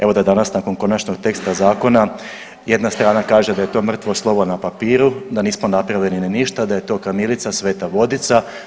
Evo da danas nakon konačnog teksta zakona jedna strana kaže da je to mrtvo slovo na papiru, da nismo napravili ništa, da je to kamilica, sveta vodica.